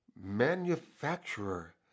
manufacturer